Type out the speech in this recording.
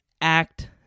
act